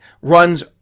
runs